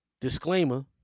disclaimer